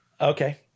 Okay